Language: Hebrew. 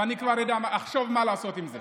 ואני כבר אדע ואחשוב מה לעשות עם זה.